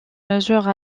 mesure